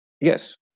Yes